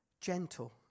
gentle